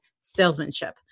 salesmanship